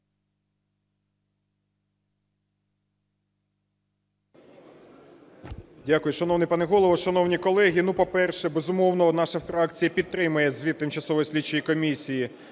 Дякую. Шановний пане Голово, шановні колеги, по-перше, безумовно, наша фракція підтримає звіт тимчасової слідчої комісії